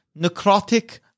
necrotic